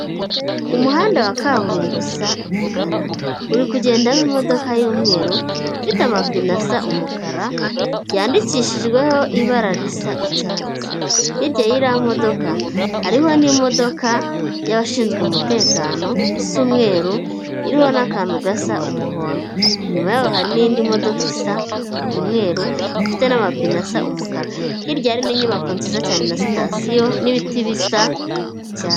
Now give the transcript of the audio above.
Umuhanda wa kaburimbo usa umukara uri kugendamo imodoka y'umweru ifite amapine asa umukara yandikishijweho ibara risa icyatsi, hirya y'iriya modoka, hariho n'imodoka y'abashinzwe umutekano isi umweru iriho n'akantu gasa umuhondo, inyuma yaho hari n'indi modoka isa umweru ifite n'amapine asa umukara, hirya hari n'inyubako nziza cyane na sitasiyo n'ibiti bisa icyatsi.